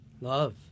Love